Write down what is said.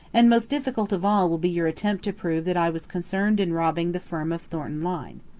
and most difficult of all will be your attempt to prove that i was concerned in robbing the firm of thornton lyne.